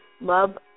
Love